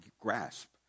grasp